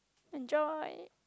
enjoy